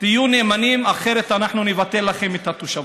תהיו נאמנים, אחרת אנחנו נבטל לכם את התושבות.